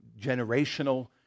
generational